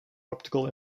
optical